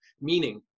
meaning